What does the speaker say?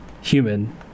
human